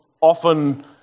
often